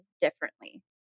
differently